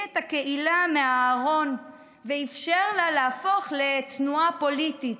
את הקהילה מהארון ואפשר לה להפוך לתנועה פוליטית,